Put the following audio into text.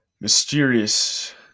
mysterious